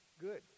good